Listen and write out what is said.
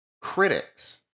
critics